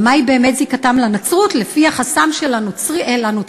אבל מהי באמת זיקתם לנצרות לפי יחסם אל הנוצרים?